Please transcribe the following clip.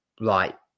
right